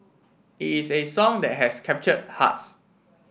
it is a song that has captured hearts